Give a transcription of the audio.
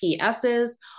PS's